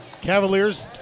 Cavaliers